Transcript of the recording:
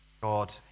God